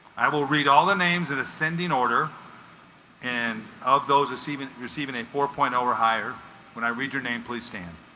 i will read all the names in ascending order and of those are stephen receiving a four point zero or higher when i read your name please stand